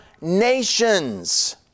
nations